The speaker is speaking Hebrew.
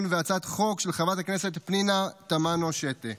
והצעת חוק של חברת הכנסת פנינה תמנו שטה.